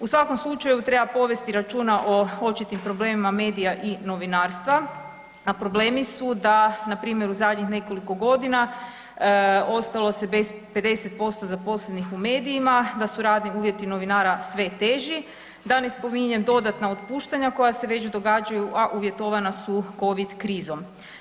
U svakom slučaju treba povesti računa o očitim problemima medija i novinarstva, a problemi su da npr. u zadnjih nekoliko godina ostalo se bez 50% zaposlenih u medijima, da su radni uvjeti novinara sve teži, da ne spominjem dodatna otpuštanja koja se već događaju, a uvjetovana su Covid krizom.